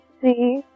three